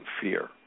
fear